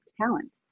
talent